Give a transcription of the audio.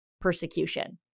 persecution